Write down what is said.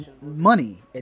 money